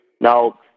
Now